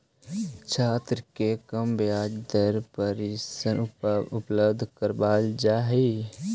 छात्र के कम ब्याज दर पर ऋण उपलब्ध करावल जा हई